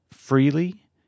freely